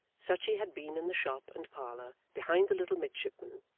such he had been in the shop and parlour behind the little midshipman,